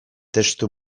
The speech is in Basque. testu